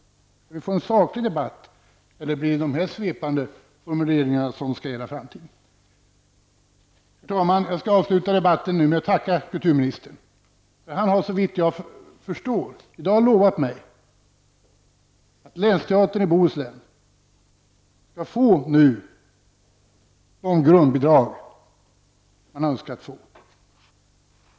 Skall vi få en saklig debatt, eller blir det de här svepande formuleringarna som skall gälla för framtiden? Herr talman! Jag skall avsluta debatten med att tacka kulturministern, för han har såvitt jag förstår i dag lovat mig att länsteatern i Bohuslän skall få det grundbidrag som den önskat få.